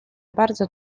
bardzo